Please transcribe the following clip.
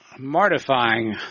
Mortifying